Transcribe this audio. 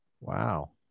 Wow